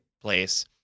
place